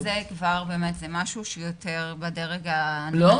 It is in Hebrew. אז זה משהו שהוא יותר בדרג -- לא.